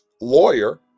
lawyer